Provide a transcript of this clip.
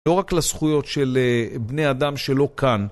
לא רק לזכויות של בני אדם שלא כאן.